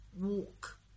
Walk